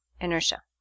inertia